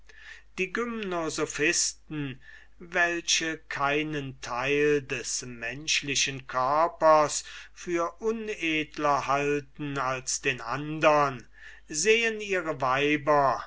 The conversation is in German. die gymnosophisten welche keinen teil des menschlichen körpers für unedler halten als den andern sehen ihre weiber